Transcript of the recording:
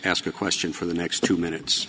ask a question for the next two minutes